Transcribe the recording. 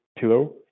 pillow